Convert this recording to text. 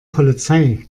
polizei